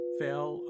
fell